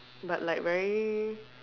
but like very